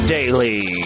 Daily